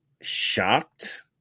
shocked